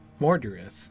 Mordorith